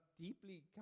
deeply